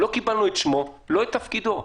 לא קיבלנו את שמו ולא את תפקידו.